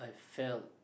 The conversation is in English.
fell